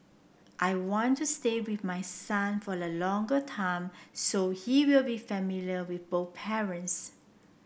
I want to stay with my son for a longer time so he will be familiar with both parents